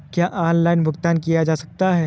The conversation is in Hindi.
क्या ऑनलाइन भुगतान किया जा सकता है?